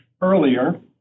earlier